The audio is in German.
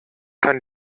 kann